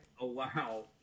...allow